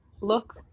look